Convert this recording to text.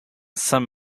some